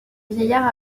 vieillard